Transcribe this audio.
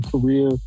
career